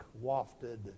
wafted